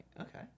Okay